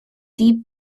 deep